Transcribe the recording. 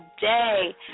Day